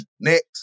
Next